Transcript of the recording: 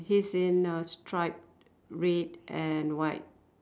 he's in a striped red and white